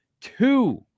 two